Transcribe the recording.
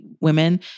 women